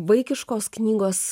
vaikiškos knygos